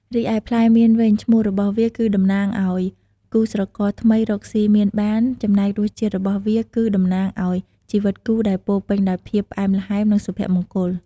រីឯផ្លែមានវិញ ឈ្មោះរបស់វាគឺតំណាងឲ្យគូស្រករថ្មីរកសុីមានបាន ចំណែករសជាតិរបស់វាគឺតំណាងឲ្យ ជីវិតគូដែលពោរពេញដោយភាពផ្អែមល្ហែម និងសុភមង្គល។